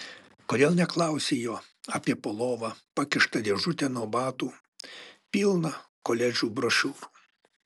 kodėl neklausi jo apie po lova pakištą dėžutę nuo batų pilną koledžų brošiūrų